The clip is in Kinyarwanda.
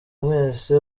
mwese